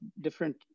different